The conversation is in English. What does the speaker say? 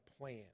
plan